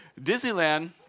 Disneyland